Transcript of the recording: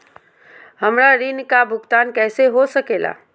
हमरा ऋण का भुगतान कैसे हो सके ला?